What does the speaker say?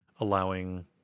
allowing